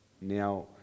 Now